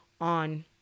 on